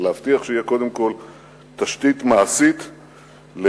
ולהבטיח שתהיה קודם כול תשתית מעשית לשגשוגה,